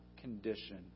condition